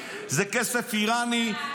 זה כסף איראני,